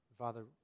Father